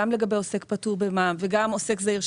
גם לגבי עוסק פטור במע"מ וגם לגבי עוסק זעיר,